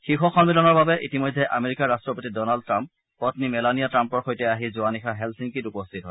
শীৰ্ষ সন্মিলনৰ বাবে ইতিমধ্যে আমেৰিকাৰ ৰাট্টপতি ডনাল্ড ট্ৰাম্প পন্নী মেলানিয়া ট্ৰাম্পৰ সৈতে আহি যোৱা নিশা হেলচিংকিত উপস্থিত হয়